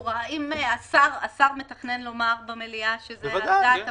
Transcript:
פרוצדורה - אם השר מתכנן לומר במליאה שזה על דעת הממשלה,